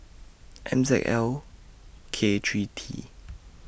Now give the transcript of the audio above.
M Z L K three T